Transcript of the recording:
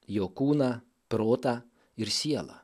jo kūną protą ir sielą